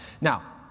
Now